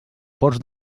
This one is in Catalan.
porcs